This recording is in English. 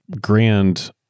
grand